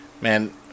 Man